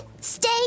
stay